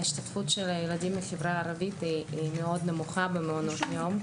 ההשתתפות של הילדים בחברה הערבית במעונות יום היא נמוכה מאוד.